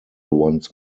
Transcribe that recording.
once